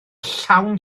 llawn